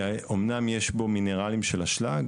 שאומנם יש בו מינרלים של אשלג,